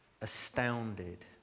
astounded